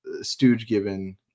Stooge-given